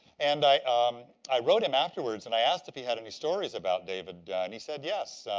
and i um i wrote him afterwards, and i asked if he had any stories about david, and he said yes,